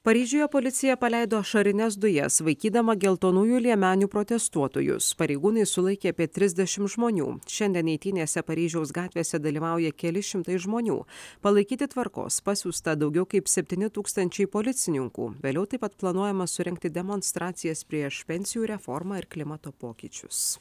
paryžiuje policija paleido ašarines dujas vaikydama geltonųjų liemenių protestuotojus pareigūnai sulaikė apie trisdešim žmonių šiandien eitynėse paryžiaus gatvėse dalyvauja keli šimtai žmonių palaikyti tvarkos pasiųsta daugiau kaip septyni tūkstančiai policininkų vėliau taip pat planuojama surengti demonstracijas prieš pensijų reformą ir klimato pokyčius